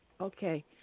Okay